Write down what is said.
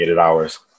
hours